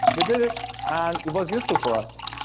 they did it and it was useful for us.